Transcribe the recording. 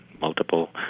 multiple